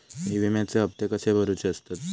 विम्याचे हप्ते कसे भरुचे असतत?